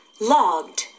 Logged